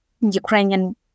Ukrainian